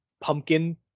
pumpkin